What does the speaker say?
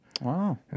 Wow